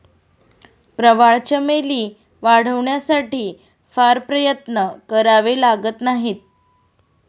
प्रवाळ चमेली वाढवण्यासाठी फार प्रयत्न करावे लागत नाहीत